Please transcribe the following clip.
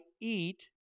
eat